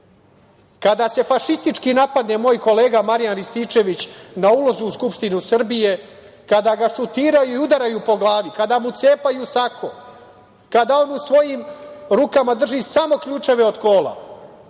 se fašistički napadne moj kolega Marijan Rističević na ulazu u Skupštinu Srbije, kada ga šutiraju i udaraju po glavi, kada mu cepaju sako, kada on u svojim rukama drži samo ključeve od kola,